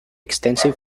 extensive